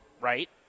right